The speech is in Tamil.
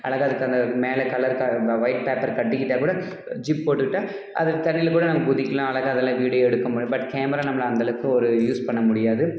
அழகா அதுக்கு அந்த மேலே கலர் க ஒயிட் பேப்பர் கட்டிக்கிட்டால் கூட ஜிப் போட்டுக்கிட்டால் அது தண்ணியில் கூட நம்ம குதிக்கலாம் அழகா அதெல்லாம் வீடியோ எடுக்க முடியும் பட் கேமரா நம்மளை அந்தளவுக்கு ஒரு யூஸ் பண்ண முடியாது